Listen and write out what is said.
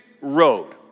road